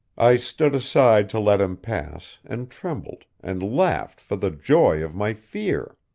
i stood aside to let him pass, and trembled, and laughed for the joy of my fear.